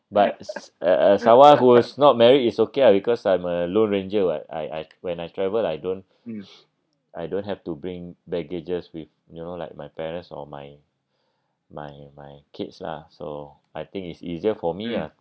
but s~ uh someone who is not married is okay lah because I'm a lone ranger what I I when I travel I don't I don't have to bring baggages with you know like my parents or my my my kids lah so I think it's easier for me ah